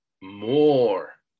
more